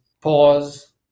pause